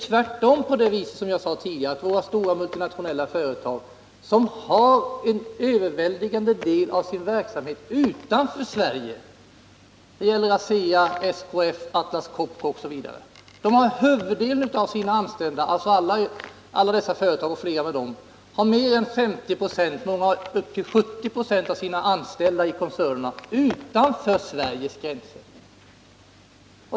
Tvärtom driver våra stora multinationella företag den överväldigande delen av sin verksamhet utanför Sverige. Det gäller ASEA, SKF, Atlas Copco osv. Huvuddelen av de inom koncernerna anställda — från 50 26 och upp till 70 96 — arbetar utanför Sveriges gränser.